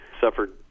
suffered